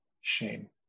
shame